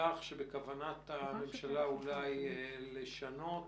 שבכוונת הממשלה אולי לשנות